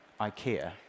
Ikea